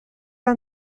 las